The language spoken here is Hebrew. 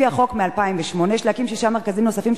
לפי החוק מ-2008 יש להקים שישה מרכזים נוספים